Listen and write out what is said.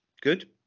Good